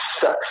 sucks